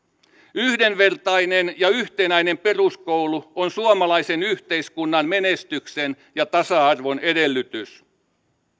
yhdenvertainen ja yhtenäinen peruskoulu on suomalaisen yhteiskunnan menestyksen ja tasa arvon edellytys